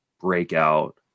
breakout